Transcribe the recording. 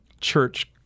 church